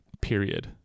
period